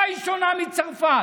במה היא שונה מצרפת?